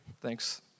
Thanks